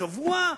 השבוע,